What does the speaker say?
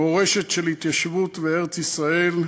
מורשת של התיישבות בארץ-ישראל,